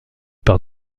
par